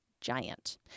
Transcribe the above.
giant